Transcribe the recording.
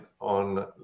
on